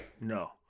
No